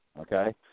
okay